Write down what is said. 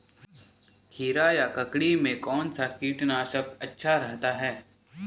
खीरा या ककड़ी में कौन सा कीटनाशक अच्छा रहता है?